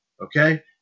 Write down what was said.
Okay